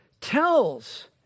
tells